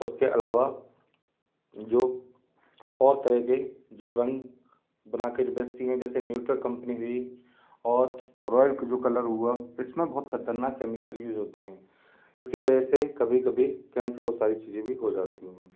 उसके अलावा जो और तरह के जो रंग बना के जो बेचती हैं जैसे न्यूटर कम्पनी हुई और रोयाल्क जो कलर हुआ इस में बहुत ख़तरनाक कैमिकल यूज़ होते हैं इसकी वजह से कभी कभी केंसर और सारी चीज़ें भी हो जाती हैं